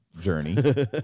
journey